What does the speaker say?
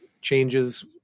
changes